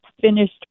finished